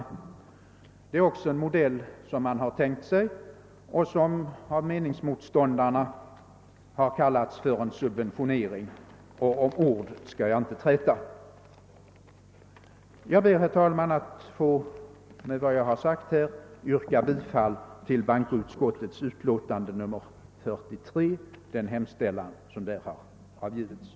Det är också en utformning av hjälpen som man har tänkt sig och som av meningsmotståndarna kallats subventionering. Om ord skall jag inte träta. Jag ber, herr talman, att med det sagda få yrka bifall till bankoutskottets hemställan i dess utlåtande nr 43.